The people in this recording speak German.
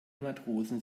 matrosen